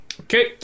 Okay